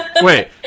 Wait